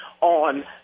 on